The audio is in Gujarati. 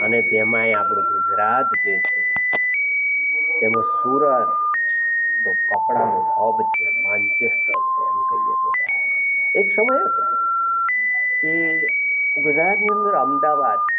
અને તેમાંય આપણું ગુજરાત જે છે તેનું સુરત તો કપડાનું હબ છે માન્ચેસ્ટર છે એમ કહીએ તો ચાલે એક સમય હતો કે ગુજરાતની અંદર અમદાવાદ